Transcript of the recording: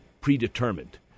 predetermined